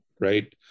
right